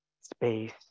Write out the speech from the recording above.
space